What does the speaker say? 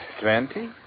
twenty